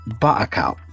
buttercup